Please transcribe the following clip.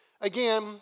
Again